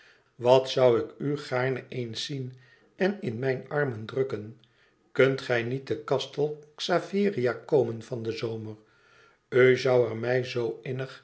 wat zoû ik u gaarne eens zien en in mijn armen drukken kunt gij niet te castel xaveria komen van den zomer u zoû er mij zoo innig